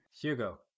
Hugo